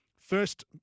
first